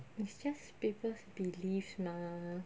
it's just people's belief mah